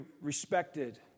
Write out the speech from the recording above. respected